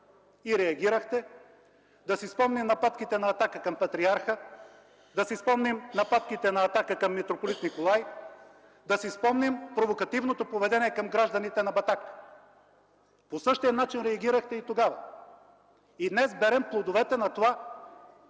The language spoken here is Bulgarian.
– снизходително; да си спомним нападките на „Атака” към патриарха; да си спомним нападките на „Атака” към митрополит Николай; да си спомним провокативното поведение към гражданите на Батак – по същия начин реагирахте и тогава. Днес берем плодовете на това,